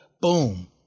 boom